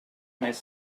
més